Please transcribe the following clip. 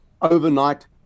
Overnight